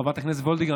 חברת הכנסת וולדיגר,